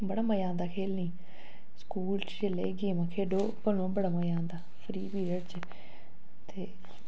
बड़ा मज़ा आंदा खेलने स्कूल च एह् जेहियां गेमां खेढ़ो बड़ा मज़ा आंदा फ्री पीरियड च ते